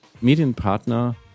Medienpartner